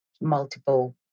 multiple